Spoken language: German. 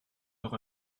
noch